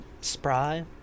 spry